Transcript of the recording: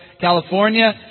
California